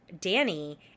Danny